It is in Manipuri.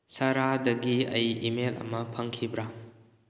ꯁꯔꯥꯗꯒꯤ ꯑꯩ ꯏꯃꯦꯜ ꯑꯃ ꯐꯪꯈꯤꯕ꯭ꯔꯥ